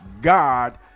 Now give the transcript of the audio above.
God